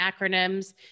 acronyms